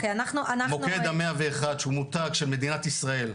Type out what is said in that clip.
מוקד ה- 101 שהוא מותג של מדינת ישראל.